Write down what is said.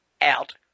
out